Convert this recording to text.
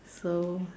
so